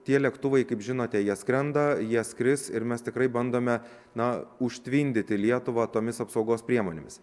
tie lėktuvai kaip žinote jie skrenda jie skris ir mes tikrai bandome na užtvindyti lietuvą tomis apsaugos priemonėmis